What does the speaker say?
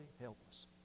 helpless